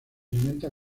alimenta